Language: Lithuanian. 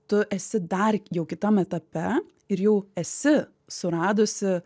tu esi dar jau kitam etape ir jau esi suradusi